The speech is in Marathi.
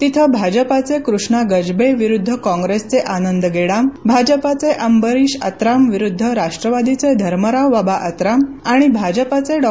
तिथे भाजपाचे कृष्णा गजबे विरुद्ध कॉप्रेसचे आनंद गेडाम भाजपाचे अंबरीश आत्राम विरुद्ध राष्ट्रवादीचे धर्मरावबाबा आत्राम आणि भाजपाचे डॉ